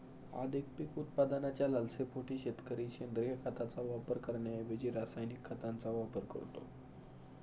अधिक पीक उत्पादनाच्या लालसेपोटी शेतकरी सेंद्रिय खताचा वापर करण्याऐवजी रासायनिक खतांचा वापर करतो